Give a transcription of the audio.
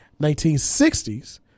1960s